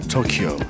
Tokyo